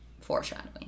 foreshadowing